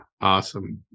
Awesome